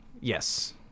yes